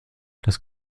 das